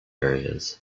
areas